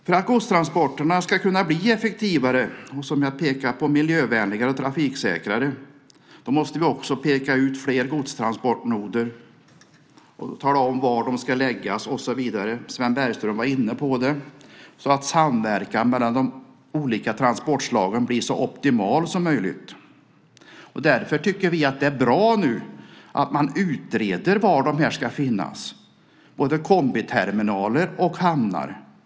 För att godstransporterna ska kunna bli effektivare, miljövänligare och trafiksäkrare måste vi också peka ut fler godstransportnoder och tala om var de ska läggas och så vidare - Sven Bergström var inne på det - så att samverkan mellan de olika transportslagen blir optimal. Därför tycker vi att det är bra att man utreder var de ska finnas. Det gäller både kombiterminaler och hamnar.